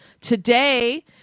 Today